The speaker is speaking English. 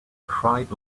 cried